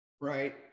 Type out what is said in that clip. right